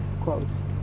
quotes